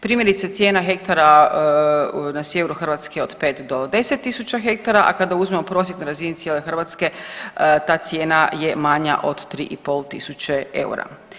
Primjerice cijena hektara na sjeveru Hrvatske je od 5 do 10 tisuća hektara, a kada uzmemo prosjek na razini cijele Hrvatske ta cijena je manja od 3,5 tisuće eura.